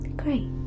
great